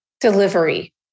delivery